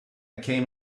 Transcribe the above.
came